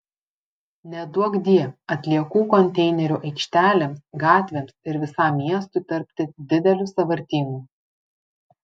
neduokdie atliekų konteinerių aikštelėms gatvėms ir visam miestui tapti dideliu sąvartynu